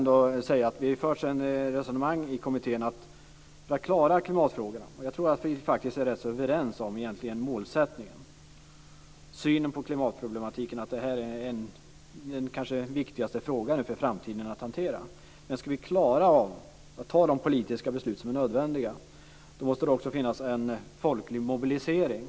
Det förs ett resonemang i kommittén om att för att man ska klara klimatfrågorna - jag tror att vi är överens om målsättningen och synen på klimatproblematiken, att det är den viktigaste frågan inför framtiden - och fatta de politiska beslut som är nödvändiga, då måste det också finnas en folklig mobilisering.